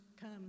come